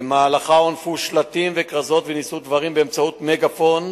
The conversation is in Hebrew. במהלכה הונפו שלטים וכרזות ונישאו דברים באמצעות מגאפון,